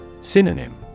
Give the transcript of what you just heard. Synonym